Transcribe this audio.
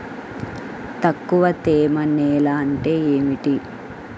తక్కువ తేమ నేల అంటే ఏమిటి?